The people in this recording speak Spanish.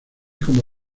como